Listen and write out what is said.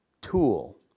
tool